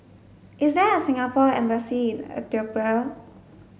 is there a Singapore embassy in Ethiopia